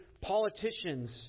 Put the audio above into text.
politicians